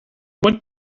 what